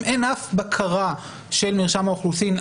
אין אף בקרה של מרשם האוכלוסין,